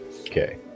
Okay